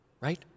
Right